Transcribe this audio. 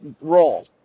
role